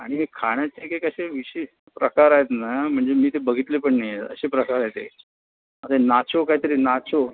आणि खाण्याचे एकेक असे विशेष प्रकार आहेत ना म्हणजे मी ते बघितले पण नाही आहेत असे प्रकार आहे ते आता नाचो काहीतरी नाचो